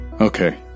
Okay